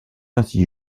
ainsi